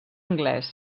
anglès